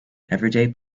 everyday